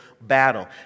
battle